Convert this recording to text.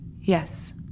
Yes